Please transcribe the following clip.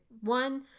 one